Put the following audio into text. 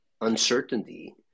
uncertainty